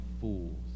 fools